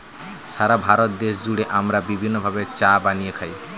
সারা ভারত দেশ জুড়ে আমরা বিভিন্ন ভাবে চা বানিয়ে খাই